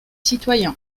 citoyen